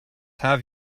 have